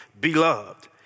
beloved